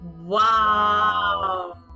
Wow